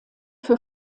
für